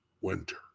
winter